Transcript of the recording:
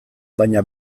baina